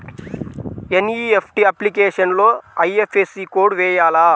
NEFT అప్లికేషన్లో IFSC code వేయాలా?